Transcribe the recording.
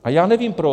A já nevím proč.